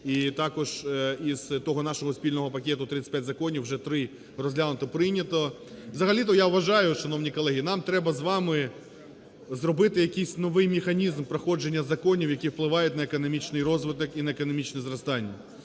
і також із того нашого спільного пакету 35 законів вже розглянуто, прийнято. Взагалі-то я вважаю, шановні колеги, нам треба з вами зробити якийсь новий механізм проходження законів, які впливають на економічний розвиток і на економічне зростання.